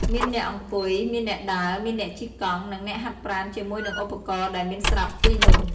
មានអ្នកអង្គុយ មានអ្នកដើរ មានអ្នកជិះកង់ និងអ្នកហាត់ប្រាណជាមួយនឹងឧបករណ៍ដែលមានស្រាប់ទីនោះ។